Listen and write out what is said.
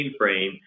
mainframe